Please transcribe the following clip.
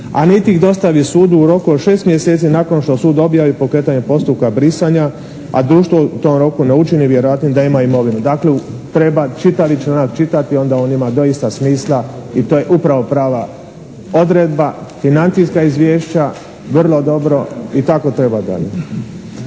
a niti ih dostavi sudu u roku od 6 mjeseci nakon što sud dobija i pokretanje postupka brisanja, a društvo to u tom roku ne učini, vjerojatno da ima imovinu." Dakle treba čitavi članak čitati, onda on ima doista smisla i to je upravo prava odredba. Financijska izvješća vrlo dobro i tako treba dalje.